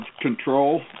control